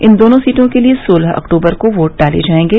इन दोनों सीटों के लिए सोलह अक्तूबर को वोट डाले जाएंगे